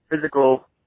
physical